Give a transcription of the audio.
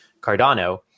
Cardano